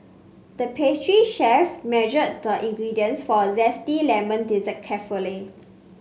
the pastry chef measured the ingredients for a zesty lemon dessert carefully